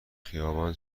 خیابان